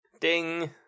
Ding